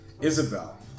Isabel